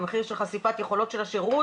מהמחיר של חשיפת יכולות השירות,